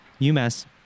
UMass